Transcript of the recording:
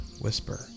whisper